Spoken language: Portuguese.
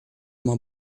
uma